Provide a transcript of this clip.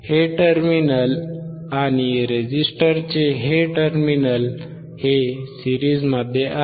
हे टर्मिनल आणि रेझिस्टरचे हे टर्मिनल हे सिरीज़मध्ये आहेत